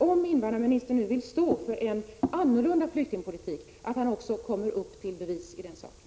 Om invandrarministern nu vill stå för en annan flyktingpolitik, hoppas jag därför att han också kommer upp till bevis i den saken.